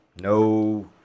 No